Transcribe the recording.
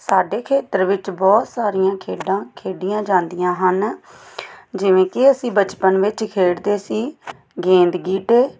ਸਾਡੇ ਖੇਤਰ ਵਿੱਚ ਬਹੁਤ ਸਾਰੀਆਂ ਖੇਡਾਂ ਖੇਡੀਆਂ ਜਾਂਦੀਆਂ ਹਨ ਜਿਵੇਂ ਕਿ ਅਸੀਂ ਬਚਪਨ ਵਿੱਚ ਖੇਡਦੇ ਸੀ ਗੇਂਦ ਗੀਟੇ